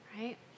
right